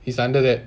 is under that